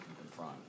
confront